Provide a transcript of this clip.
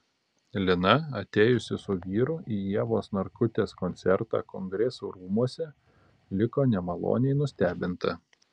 lina atėjusi su vyru į ievos narkutės koncertą kongresų rūmuose liko nemaloniai nustebinta